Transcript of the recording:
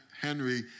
Henry